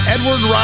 Edward